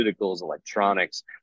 electronics